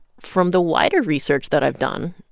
from the wider research that i've done,